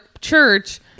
church